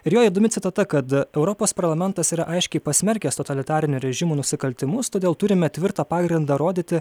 ir jo įdomi citata kad europos parlamentas yra aiškiai pasmerkęs totalitarinių režimų nusikaltimus todėl turime tvirtą pagrindą rodyti